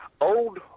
old